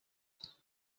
lên